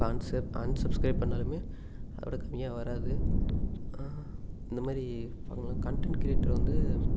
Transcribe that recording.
an sub unsubscribe பண்ணாலுமே அதோடு கம்மியாக வராது இந்த மாதிரி கன்டென்ட் கிரியேட்டர் வந்து